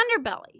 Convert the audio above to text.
underbelly